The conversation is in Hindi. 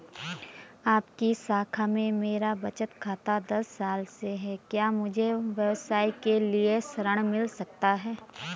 आपकी शाखा में मेरा बचत खाता दस साल से है क्या मुझे व्यवसाय के लिए ऋण मिल सकता है?